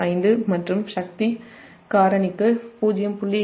50 மற்றும் power factor 0